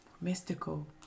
mystical